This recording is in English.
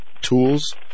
tools